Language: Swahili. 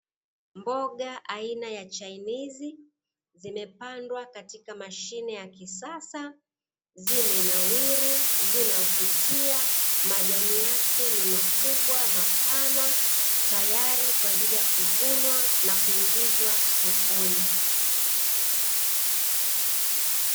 Mboga aina ya chainizi, zimepandwa katika mashine ya kisasa, zimenawiri, zinavutia majani yake ni makubwa, mapana tayari kwa ajili ya kuvunwa na kuingizwa sokoni.